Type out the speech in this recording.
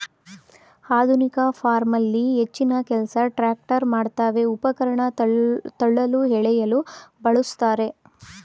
ಆಧುನಿಕ ಫಾರ್ಮಲ್ಲಿ ಹೆಚ್ಚಿನಕೆಲ್ಸ ಟ್ರ್ಯಾಕ್ಟರ್ ಮಾಡ್ತವೆ ಉಪಕರಣ ತಳ್ಳಲು ಎಳೆಯಲು ಬಳುಸ್ತಾರೆ